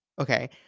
okay